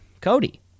Cody